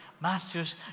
Masters